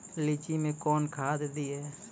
लीची मैं कौन खाद दिए?